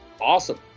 awesome